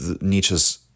Nietzsche's